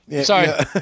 sorry